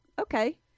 okay